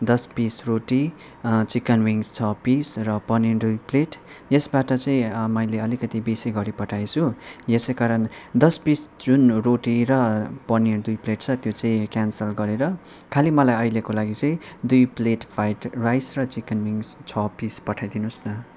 दस पिस रोटी chicken wings छ पिस र पनिर दुई प्लेट यसबाट चाहिँ मैले अलिकति बेसी गरी पठाएछु यसैकारण दस पिस जुन रोटी र पनिर दुई प्लेट छ त्यो चाहिँ क्यान्सल गरेर खालि मलाई अहिलेको लागि चाहिँ दुई प्लेट फ्राइड राइस र चिकन विङ्ग्स छ पिस पठाइदिनुहोस् न